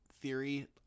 theory